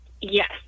Yes